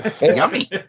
Yummy